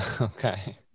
okay